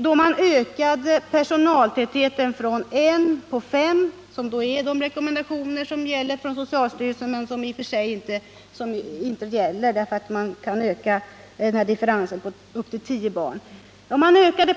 Då personaltätheten ökade från 1 person på 5 barn — som är socialstyrelsens rekommendation men som i och för sig inte gäller, eftersom man kan öka proportionen upp till 10 barn per